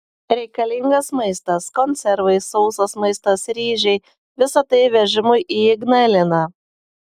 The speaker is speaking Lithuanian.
reikalingas maistas konservai sausas maistas ryžiai visa tai vežimui į ignaliną